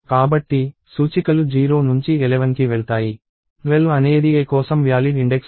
కాబట్టి సూచికలు 0 నుంచి 11 కి వెళ్తాయి 12 అనేది a కోసం వ్యాలిడ్ ఇండెక్స్ కాదు